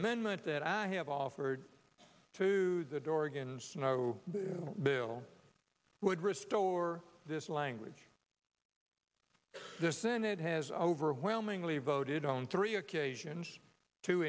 amendment that i have offered to the dorgan snow bill would restore this language the senate has overwhelmingly voted on three occasions to